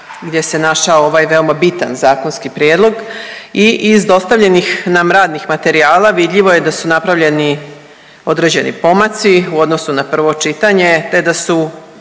gdje se našao ovaj veoma bitan zakonski prijedlog i iz dostavljenih nam radnih materijala vidljivo je da su napravljeni određeni pomaci u odnosu na prvo čitanje